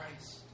Christ